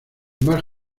más